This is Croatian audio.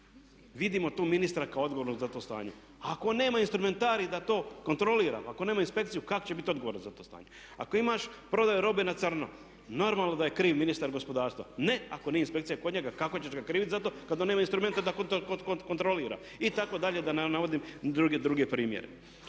vidimo tu ministra kao odgovornog za to stanje, ako nema, instrumentari da to kontroliraju, ako nema inspekciju, kako će to biti odgovaran za to stanje. Ako imaš prodaju robe na crno, normalno da je kriv ministar gospodarstva, ne ako nije inspekcija kod njega, kako ćeš ga krivit za to kad on nema instrumente da kontrolira itd., itd. da ne navodim druge primjere.